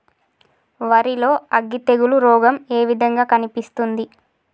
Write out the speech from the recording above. వరి లో అగ్గి తెగులు రోగం ఏ విధంగా కనిపిస్తుంది?